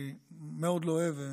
אני מאוד לא אוהב.